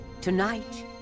tonight